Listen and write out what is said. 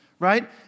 right